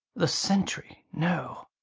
the centry! no!